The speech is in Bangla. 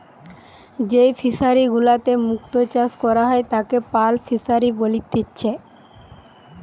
যেই ফিশারি গুলাতে মুক্ত চাষ করা হয় তাকে পার্ল ফিসারী বলেতিচ্ছে